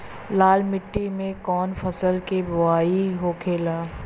लाल मिट्टी में कौन फसल के बोवाई होखेला?